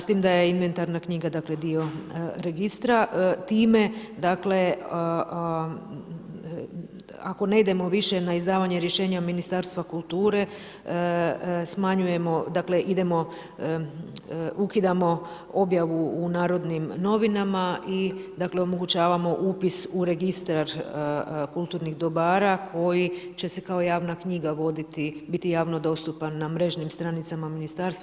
S tim da je inventarna knjiga dio registra, time dakle ako ne idemo više na izdavanje rješenja od Ministarstva kulture smanjujemo, dakle idemo, ukidamo objavu u narodnim novinama i omogućavamo upis u registar kulturnih dobara koji će se kao javna knjiga voditi, biti javno dostupan na mrežnim stranicama ministarstva.